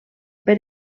per